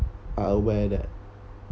are aware that